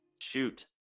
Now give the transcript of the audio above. shoot